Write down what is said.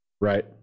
right